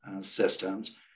systems